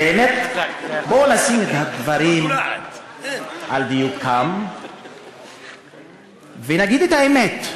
באמת בואו נעמיד את הדברים על דיוקם ונגיד את האמת.